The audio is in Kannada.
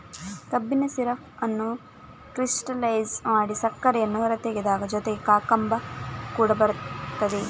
ಕಬ್ಬಿನ ಸಿರಪ್ ಅನ್ನು ಕ್ರಿಸ್ಟಲೈಜ್ ಮಾಡಿ ಸಕ್ಕರೆಯನ್ನು ಹೊರತೆಗೆದಾಗ ಜೊತೆಗೆ ಕಾಕಂಬಿ ಕೂಡ ಬರುತ್ತದೆ